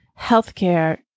healthcare